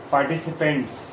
Participants